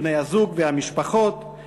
בני-הזוג והמשפחות,